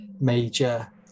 major